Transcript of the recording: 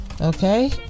Okay